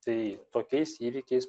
tai tokiais įvykiais